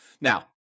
Now